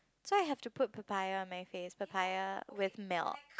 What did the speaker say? so I have to put papaya on my face papaya with milk